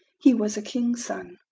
he was a king's son.